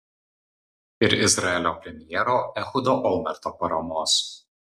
ir izraelio premjero ehudo olmerto paramos